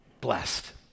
blessed